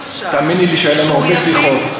תאמיני לי שהיו לנו הרבה שיחות.